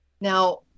Now